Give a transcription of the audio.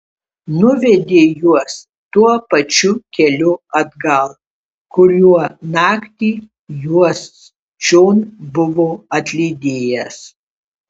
nuvedė juos tuo pačiu keliu atgal kuriuo naktį juos čion buvo atlydėjęs